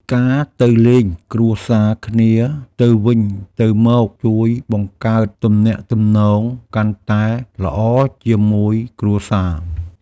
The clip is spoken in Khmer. ការទៅលេងគ្រួសារគ្នាទៅវិញទៅមកជួយបង្កើតទំនាក់ទំនងកាន់តែល្អជាមួយគ្រួសារ។